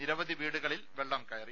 നിരവധി വീടുകളിൽ വെള്ളം കയറി